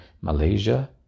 Malaysia